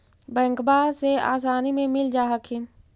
बैंकबा से आसानी मे मिल जा हखिन?